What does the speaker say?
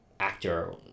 actor